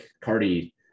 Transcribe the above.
Cardi